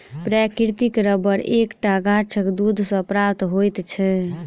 प्राकृतिक रबर एक टा गाछक दूध सॅ प्राप्त होइत छै